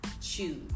choose